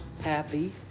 happy